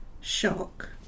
shock